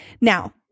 Now